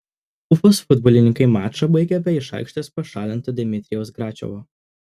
ufos futbolininkai mačą baigė be iš aikštės pašalinto dmitrijaus gračiovo